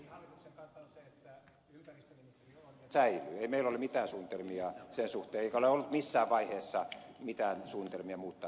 ei meillä ole mitään suunnitelmia sen suhteen eikä ole ollut missään vaiheessa mitään suunnitelmia mutta